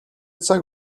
цаг